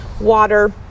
water